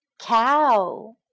Cow